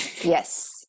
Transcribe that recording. Yes